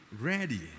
ready